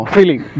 Feeling